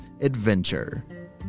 adventure